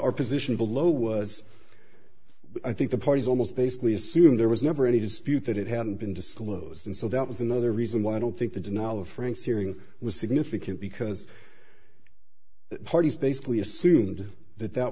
our position below was i think the parties almost basically assumed there was never any dispute that it hadn't been disclosed and so that was another reason why i don't think the denial of frank's hearing was significant because the parties basically assumed that that